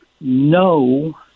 no